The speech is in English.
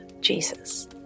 Jesus